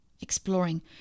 exploring